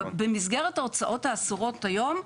במסגרת ההוצאות האסורות היום,